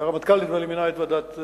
הרמטכ"ל, נדמה לי, מינה את ועדת-איילנד.